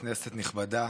כנסת נכבדה,